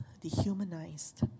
dehumanized